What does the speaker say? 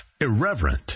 irreverent